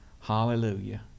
Hallelujah